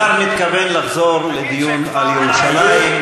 השר מתכוון לחזור לדיון על ירושלים,